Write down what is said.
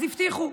אז הבטיחו.